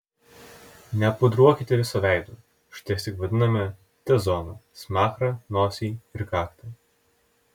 nepudruokite viso veido užteks tik vadinamąją t zoną smakrą nosį ir kaktą